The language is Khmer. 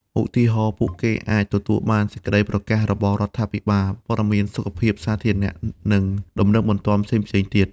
ឧទាហរណ៍ ពួកគេអាចទទួលបាន សេចក្តីប្រកាសរបស់រដ្ឋាភិបាល ព័ត៌មានសុខភាពសាធារណៈ និងដំណឹងបន្ទាន់ផ្សេងៗទៀត។